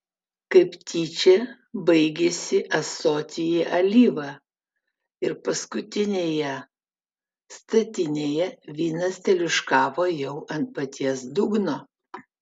kaip tyčia baigėsi ąsotyje alyva ir paskutinėje statinėje vynas teliūškavo jau ant paties dugno